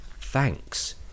Thanks